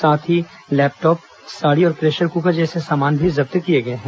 साथ ही लैपटाप साड़ी और प्रेशर कुकर जैसे सामान भी जब्त किए गए हैं